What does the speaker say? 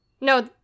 No